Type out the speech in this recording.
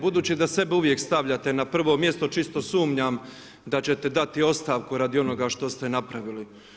Budući da sebe uvijek stavljate na prvo mjesto čisto sumnjam da ćete dati ostavku radi onoga što ste napravili.